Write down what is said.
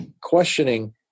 questioning